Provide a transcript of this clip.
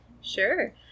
sure